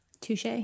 Touche